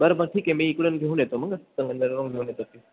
बरं बरं ठीक आहे मी इकडून घेऊन येतो मग संगमनेरहून घेऊन येतो ते